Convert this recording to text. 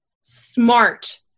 smart